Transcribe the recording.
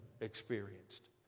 experienced